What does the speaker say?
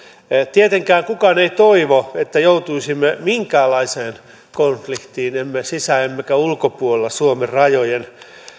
tietenkään kukaan ei toivo että joutuisimme minkäänlaiseen konfliktiin emme sisä emmekä ulkopuolella suomen rajojen